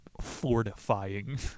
fortifying